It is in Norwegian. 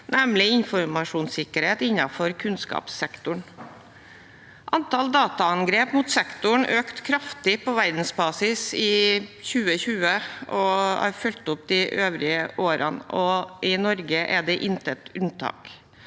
nemlig informasjonssikkerhet innenfor kunnskapssektoren. Antall dataangrep mot sektoren økte kraftig på verdensbasis i 2020 og de påfølgende årene, og Norge er intet unntak.